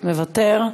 מוותר,